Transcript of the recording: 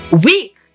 Weak